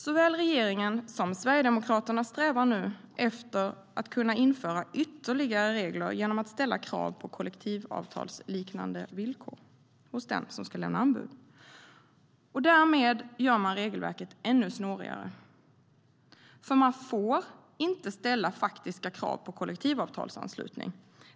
Såväl regeringen som Sverigedemokraterna strävar nu efter att kunna införa ytterligare regler genom att ställa krav på kollektivavtalsliknande villkor hos den som ska lämna anbud. Därmed gör man regelverket ännu snårigare. Man får nämligen inte ställa faktiska krav på kollektivavtalsanslutning.